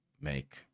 make